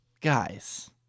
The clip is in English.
Guys